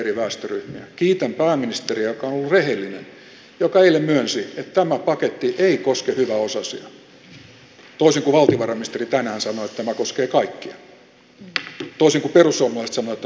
kiitän pääministeriä joka on ollut rehellinen joka eilen myönsi että tämä paketti ei koske hyväosaisia toisin kuin valtiovarainministeri tänään sanoi että tämä koskee kaikkia ja toisin kuin perussuomalaiset sanoivat että tämä koskee kaikkia